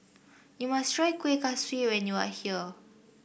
you must try Kueh Kaswi when you are here